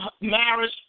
marriage